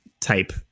type